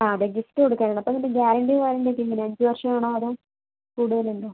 ആ അതെ ഗിഫ്റ്റ് കൊടുക്കാനാണ് അപ്പം അതിൻ്റെ ഗ്യാരണ്ടി കാര്യങ്ങൾ ഒക്കെ എങ്ങനെ അഞ്ച് വർഷം ആണോ അതോ കൂടുതൽ ഉണ്ടോ